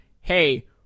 hey